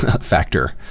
factor